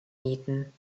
mieten